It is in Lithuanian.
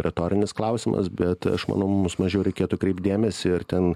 retorinis klausimas bet aš manau mus mažiau reikėtų kreipti dėmesį ar ten